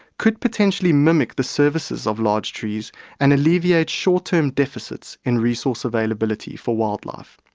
could potentially mimic the services of large trees and alleviate short-term deficits in resource availability for wildlife.